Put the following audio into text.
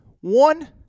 One